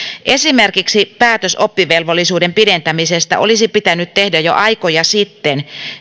esimerkiksi päätös oppivelvollisuuden pidentämisestä olisi pitänyt tehdä jo aikoja sitten